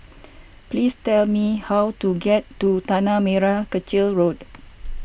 please tell me how to get to Tanah Merah Kechil Road